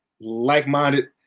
like-minded